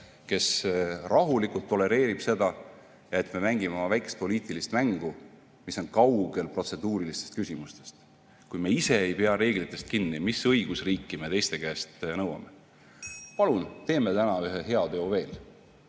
kes rahulikult tolereerib seda, et me mängime oma väikest poliitilist mängu, mis on kaugel protseduurilistest küsimustest. Kui me ise ei pea reeglitest kinni, mis õigusriiki me teiste käest nõuame? Palun teeme täna ühe heateo veel,